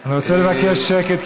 אני רוצה לבקש שקט,